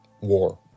war